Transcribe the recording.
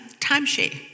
timeshare